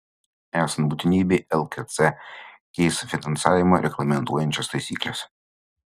esant būtinybei lkc keis finansavimą reglamentuojančias taisykles